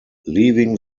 leaving